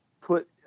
put